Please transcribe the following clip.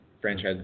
franchise